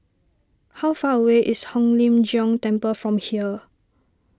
how far away is Hong Lim Jiong Temple from here